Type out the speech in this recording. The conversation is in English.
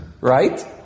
right